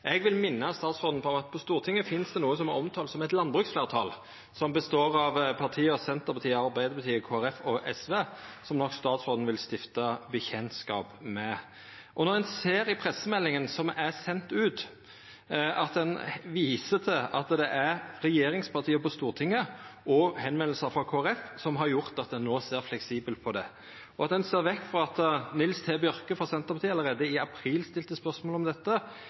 Eg vil minna statsråden om at på Stortinget finst det noko som vert omtala som «eit landbruksfleirtal», som består av partia Senterpartiet, Arbeidarpartiet, Kristeleg Folkeparti og SV – som statsråden nok vil verta kjend med. Ein ser i pressemeldinga som er send ut, at ein viser til at det er regjeringspartia på Stortinget og førespurnader frå Kristeleg Folkeparti som har gjort at ein no ser fleksibelt på dette, og at ein ser vekk frå at representanten Nils T. Bjørke, frå Senterpartiet, allereie i april stilte spørsmål om dette,